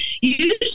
Usually